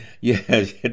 Yes